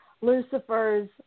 Lucifer's